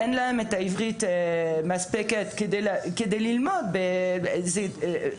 אין להם עברית מספקת כדי ללמוד באקדמיה.